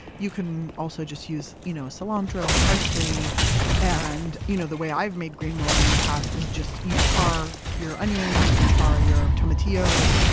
you can also just use you know cilantro and parsley and you know, the way i've made green mole in the past is just you char your onions, you char your tomatillos,